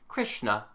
Krishna